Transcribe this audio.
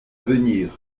venir